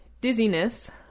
dizziness